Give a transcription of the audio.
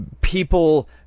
people